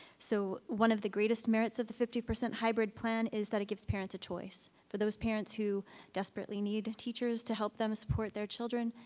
so one of the greatest merits of the fifty percent hybrid plan is that it gives parents a choice. for those parents who desperately need teachers to help them support their children.